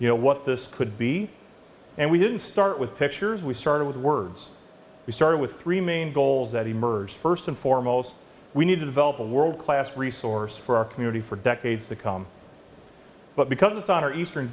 you know what this could be and we didn't start with pictures we started with words we started with three main goals that emerge first and foremost we need to develop a world class resource for our community for decades to come but because it's on our eastern